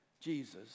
Jesus